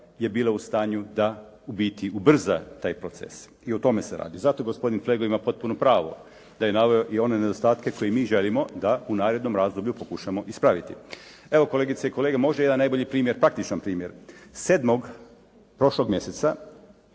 je bila u stanju da u biti ubrza taj proces, i o tome se radi. Zato gospodin Flego ima potpuno pravo da je naveo i one nedostatke koje mi želimo da u narednom razdoblju pokušamo ispraviti. Evo kolegice i kolege možda jedan najbolji primjer, praktičan primjer. 7. prošlog mjeseca